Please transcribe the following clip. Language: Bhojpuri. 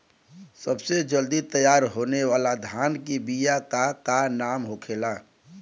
सबसे जल्दी तैयार होने वाला धान के बिया का का नाम होखेला?